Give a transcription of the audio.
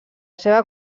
seva